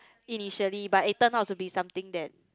initially but it turn out to be something that